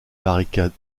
barricade